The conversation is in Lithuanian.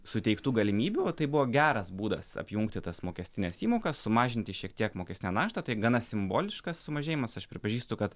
suteiktų galimybių tai buvo geras būdas apjungti tas mokestines įmokas sumažinti šiek tiek mokestinę naštą tai gana simboliškas sumažėjimas aš pripažįstu kad